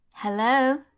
Hello